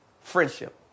Friendship